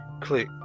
click